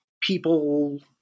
people